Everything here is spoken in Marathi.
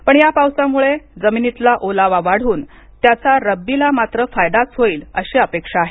पण या पावसामुळे जमीनीतला ओलावा वाढून त्याचा रब्बीला मात्र फायदाच होईल अशी अपेक्षा आहे